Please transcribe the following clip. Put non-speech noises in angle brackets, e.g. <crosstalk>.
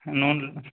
<unintelligible>